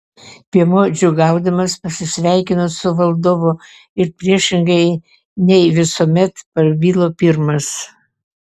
piemuo džiūgaudamas pasisveikino su valdovu ir priešingai nei visuomet prabilo pirmas